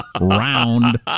round